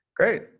Great